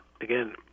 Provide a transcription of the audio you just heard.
again